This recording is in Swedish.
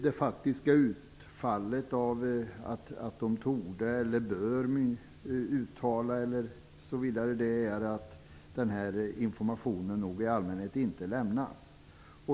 Det faktiska utfallet av att de "bör" uttala osv. är att den här informationen nog i allmänhet inte lämnas.